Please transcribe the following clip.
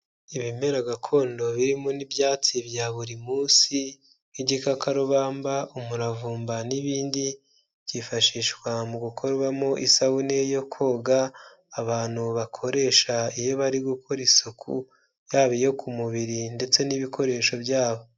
Ibimera gakondo birimo n'ibyatsi bya buri munsi nk'igikakarubamba, umuravumba n'ibindi, byifashishwa mu gukorwamo isabune yo koga, abantu bakoresha iyo bari gukora isuku, yaba iyo ku mubiri ndetse n'ibikoresho byabo.